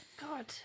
God